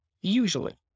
usually